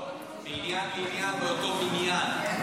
מעניין לעניין באותו בניין.